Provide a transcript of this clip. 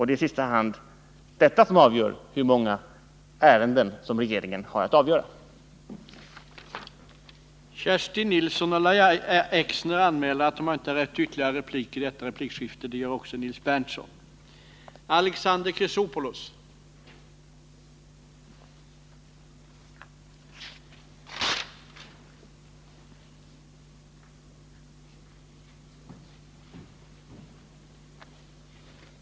Det är detta som avgör hur många ärenden som regeringen har att fatta beslut i.